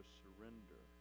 surrender